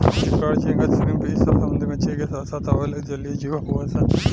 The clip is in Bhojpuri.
केकड़ा, झींगा, श्रिम्प इ सब समुंद्री मछली के साथ आवेला जलीय जिव हउन सन